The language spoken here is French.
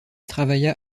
travailla